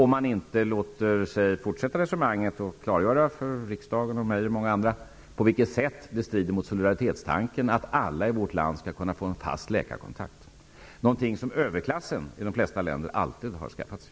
Annars måste han ju fortsätta resonemanget och låta mig och riksdagen och många andra få veta på vilket sätt det strider mot solidaritetstanken att alla i vårt land skall kunna få en fast läkarkontakt. Det är ju någonting som överklassen i de flesta länder alltid har skaffat sig.